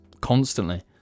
constantly